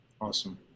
Awesome